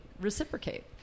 reciprocate